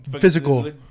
physical